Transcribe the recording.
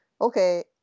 Okay